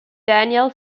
daniel